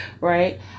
right